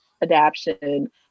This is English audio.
adaption